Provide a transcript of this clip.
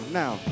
now